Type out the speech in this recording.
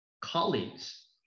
colleagues